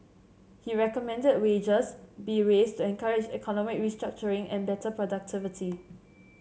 he recommended wages be raised to encourage economic restructuring and better productivity